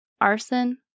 arson